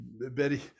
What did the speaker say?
Betty